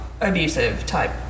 abusive-type